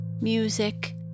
music